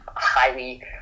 highly